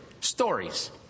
stories